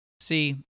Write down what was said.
See